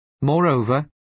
Moreover